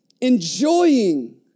enjoying